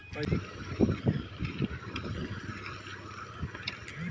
गरमी फसल के पाके के तइयार होए के खुसी म बइसाखी तिहार ल मनाए जाथे